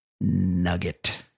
Nugget